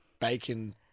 bacon